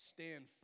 Stand